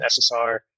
SSR